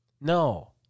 No